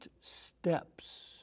steps